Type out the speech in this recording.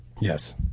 Yes